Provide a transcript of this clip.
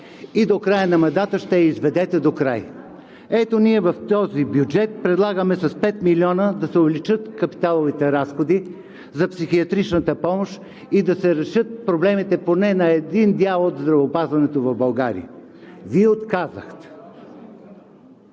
и до края на мандата ще я изведете докрай. Ето, ние в този бюджет предлагаме с 5 милиона да се увеличат капиталовите разходи за психиатричната помощ и да се решат проблемите поне на един дял от здравеопазването в България. Вие отказахте!